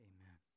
Amen